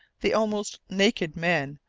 the almost naked men,